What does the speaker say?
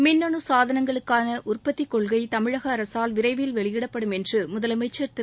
மின்னு சாதனங்களுக்கான உற்பத்திக் கொள்கை தமிழக அரசால் விரைவில் வெளியிடப்படும் என்று முதலமைச்சள் திரு